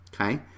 okay